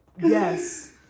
yes